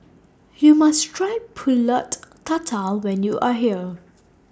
YOU must Try Pulut Tatal when YOU Are here